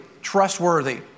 trustworthy